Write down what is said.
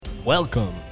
Welcome